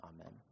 Amen